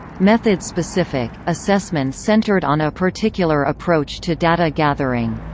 method-specific assessment centred on a particular approach to data-gathering.